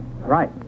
Right